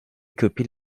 copies